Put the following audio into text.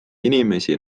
inimesi